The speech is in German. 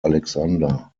alexander